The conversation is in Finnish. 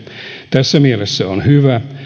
tässä mielessä on hyvä